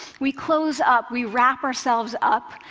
we close up. we wrap ourselves up.